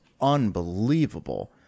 unbelievable